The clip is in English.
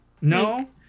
No